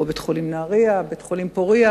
או בית-חולים נהרייה או בית-חולים "פורייה",